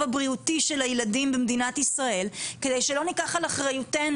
הבריאותי של הילדים במדינת ישראל כדי שלא ניקח על אחריותנו